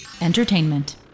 entertainment